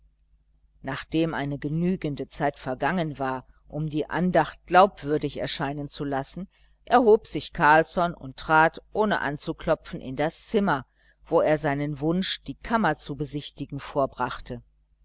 nachdem eine genügende zeit vergangen war um die andacht glaubwürdig erscheinen zu lassen erhob sich carlsson und trat ohne anzuklopfen in das zimmer wo er seinen wunsch die kammer zu besichtigen vorbrachte